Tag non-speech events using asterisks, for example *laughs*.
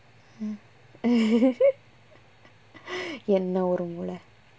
hmm *laughs* you என்ன ஒரு மூள:enna oru moola